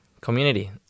community